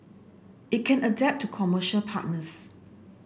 it can adapt to commercial partners